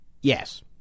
yes